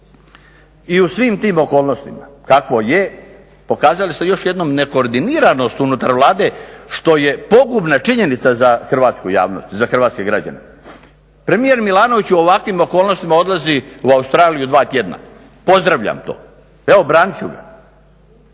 I u svim tim okolnostima kakvo je, pokazali ste još jednom nekoordiniranost unutar Vlade što je pogubna činjenica za hrvatsku javnost, za hrvatske građane. Premijer Milanović u ovakvim okolnostima odlazi u Australiju dva tjedna, pozdravljam to, evo branit ću